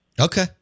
Okay